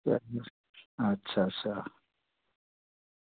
अच्छा अच्छा